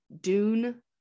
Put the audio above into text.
Dune